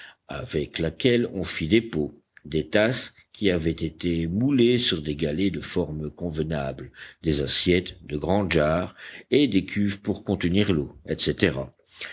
avec laquelle on fit des pots des tasses qui avaient été moulées sur des galets de formes convenables des assiettes de grandes jarres et des cuves pour contenir l'eau etc